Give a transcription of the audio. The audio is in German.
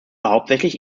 hauptsächlich